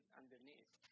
underneath